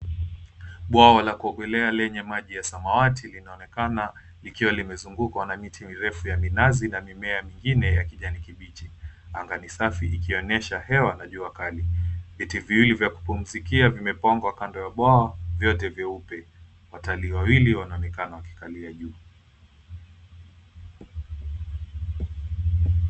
Bwawa la kuogelea lenye maji ya samawati linaonekana likiwa limezungukwa na miti mirefu ya minazi na mimea mingine ya kijani kibichi. Anga ni safi ikionyesha hewa najua kali. Vito viwili vya kupumzikia vimepangwa kando ya moyo vyote vyeupe. Watalii wawili wana vikao vikalia juu.